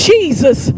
Jesus